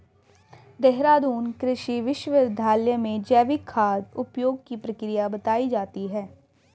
देहरादून कृषि विश्वविद्यालय में जैविक खाद उपयोग की प्रक्रिया बताई जाती है